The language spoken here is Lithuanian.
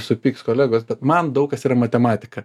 supyks kolegos bet man daug kas yra matematika